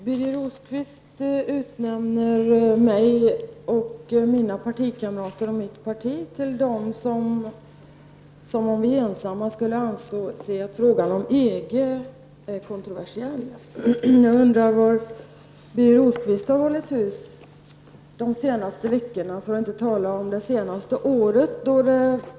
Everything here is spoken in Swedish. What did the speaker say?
Herr talman! Birger Rosqvist tycks göra gällande att jag och mina partikamrater är de enda som anser att frågan om EG är kontroversiell. Jag undrar var Birger Rosqvist hållit hus de senaste veckorna för att inte säga det senaste året.